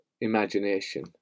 imagination